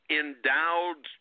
endowed